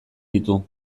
ditu